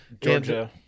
Georgia